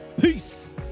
Peace